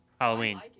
Halloween